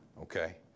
Okay